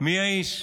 מי האיש?